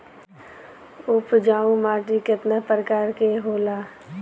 उपजाऊ माटी केतना प्रकार के होला?